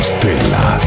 Stella